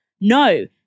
No